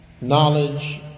knowledge